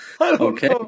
Okay